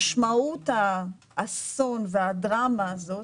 משמעות האסון והדרמה הזאת,